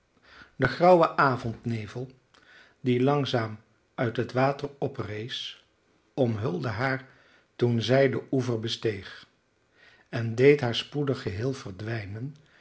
de grauwe avondnevel die langzaam uit het water oprees omhulde haar toen zij den oever besteeg en deed haar spoedig geheel verdwijnen